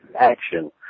action